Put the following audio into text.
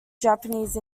japanese